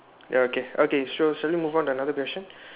okay okay sure shall we move on to another question